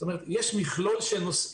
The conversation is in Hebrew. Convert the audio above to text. זאת אומרת, יש מכלול נושאים.